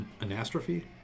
anastrophe